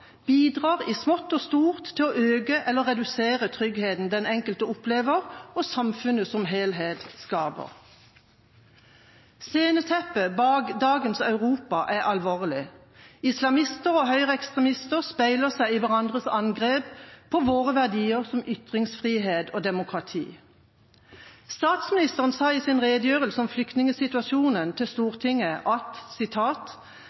bidrar i smått og stort til å øke eller redusere tryggheten den enkelte opplever, og samfunnet som helhet skaper. Sceneteppet bak dagens Europa er alvorlig. Islamister og høyreekstremister speiler seg i hverandres angrep på våre verdier, som ytringsfrihet og demokrati. Statsministeren sa i sin redegjørelse om flyktningsituasjonen til Stortinget: